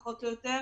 פחות או יותר.